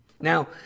Now